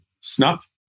snuff